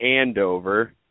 Andover